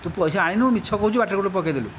ତୁ ପଇସା ଆଣିନାହୁଁ ମିଛ କହୁଛୁ ବାଟରେ କେଉଁଠି ପକାଇଦେଲୁ